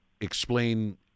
explain